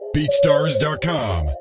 BeatStars.com